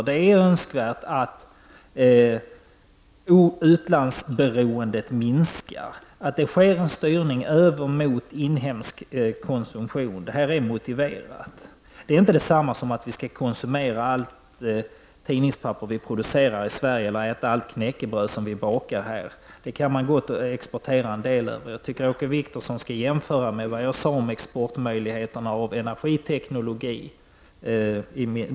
Det är önskvärt att utlandsberoendet minskar och att det sker en styrning mot inhemsk konsumtion. Detta är motiverat. Det är inte detsamma som att vi skall konsumera allt tidningspapper som vi producerar i Sverige eller att vi skall äta allt knäckebröd som vi bakar. Vi kan gott exportera en del. Jag tycker att Åke Wictorsson skall jämföra med det som jag sade om möjligheterna att exportera energiteknologi.